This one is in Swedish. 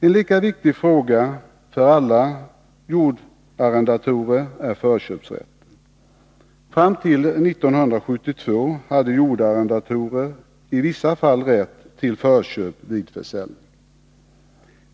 En lika viktig fråga för alla jordarrendatorer är förköpsrätten. Fram till 1972 hade jordarrendatorer i vissa fall rätt till förköp vid försäljning.